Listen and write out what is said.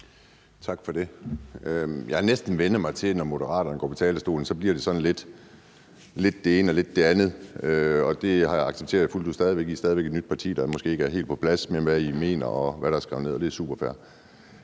Tak for det. Jeg har næsten vænnet mig til, at det, når Moderaterne går på talerstolen, så bliver sådan lidt det ene og lidt det andet. Det har jeg accepteret fuldt ud, for I er stadig væk et nyt parti, der måske ikke er helt på plads, med hensyn til hvad I mener og hvad der er skrevet ned, og det er superfair.